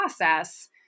process